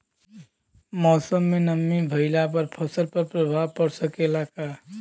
मौसम में नमी भइला पर फसल पर प्रभाव पड़ सकेला का?